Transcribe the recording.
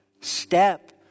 Step